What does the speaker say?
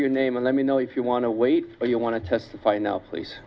your name and let me know if you want to wait or you want to testify now please